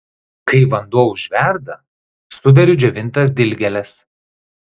kai vanduo užverda suberiu džiovintas dilgėles